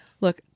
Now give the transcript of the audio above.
look